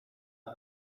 ond